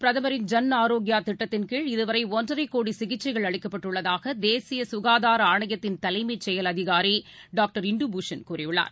பிரதமரின் ஜன் ஆரோக்கியா திட்டத்தின்கீழ் இதுவரை ஒன்றரை கோடி சிகிச்சைகள் அளிக்கப்பட்டுள்ளதாக தேசிய சுகாதார ஆணையத்தின் தலைமைச் செயல் அதிகாரி டாக்டர் இந்து பூஷன் கூறியுள்ளார்